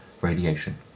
Radiation